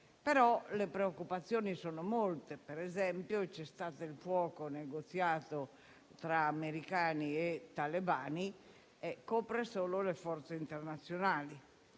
che le preoccupazioni sono molte: per esempio, il cessate il fuoco negoziato tra americani e talebani copre solo le forze internazionali,